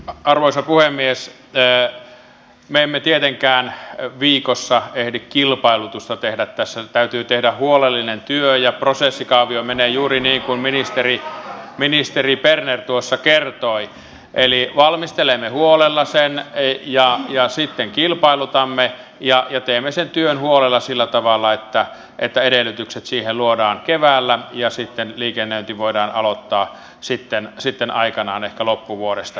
arvoisa puhemies je neeme tietenkään viikossa ehdi kilpailutus on tehdä tässä täytyy tehdä huolellinen työ ja prosessikaavio menee juuri niinkuin ministeri ministeri berner kuosa kertoo eli valmistelemme huolella ja eija ja sitten kilpailutamme ja tieteellisen työn huolella sillä tavalla että että edellytykset siihen luodaan keväällä ja sitten liikennöinti voidaan aloittaa sitten sitten aikanaan että loppuvuodesta